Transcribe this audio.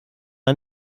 ein